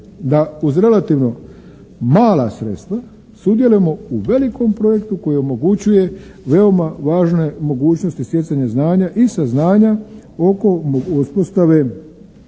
da uz relativno mala sredstva sudjelujemo u velikom projektu koji omogućuju veoma važne mogućnosti stjecanja znanja i saznanja oko uspostave